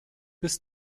bis